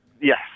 Yes